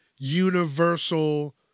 universal